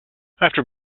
after